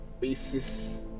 basis